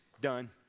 done